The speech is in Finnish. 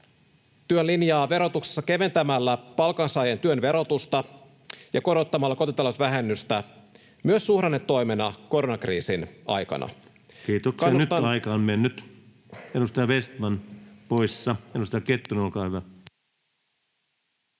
...työn linjaa verotuksessa keventämällä palkansaajien työn verotusta ja korottamalla kotitalousvähennystä myös suhdannetoimena koronakriisin aikana. Kannustan... [Puhemies keskeyttää puheenvuoron puheajan ylityttyä]